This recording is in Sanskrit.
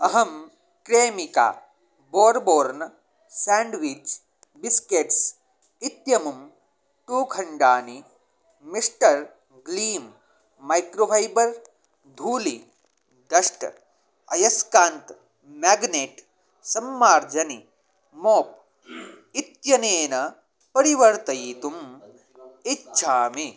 अहं क्रेमिका बोर्बोर्न् सेण्ड्विच् बिस्केट्स् इत्यमुं टु खण्डानि मिस्टर् ग्लीं मैक्रोफ़ैबर् धूलि डस्ट् अयस्कान्तः मेग्नेट् सम्मार्जनि मोप् इत्यनेन परिवर्तयितुम् इच्छामि